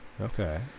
Okay